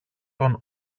των